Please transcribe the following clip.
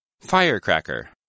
Firecracker